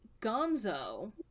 Gonzo